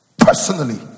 Personally